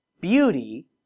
beauty